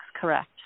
Correct